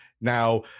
Now